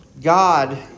God